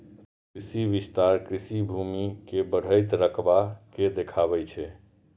कृषि विस्तार कृषि भूमि के बढ़ैत रकबा के देखाबै छै